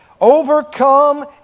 overcome